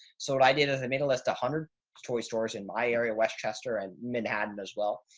so what i did is i made a list, a hundred toy stores in my area, westchester and manhattan as well,